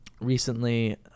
recently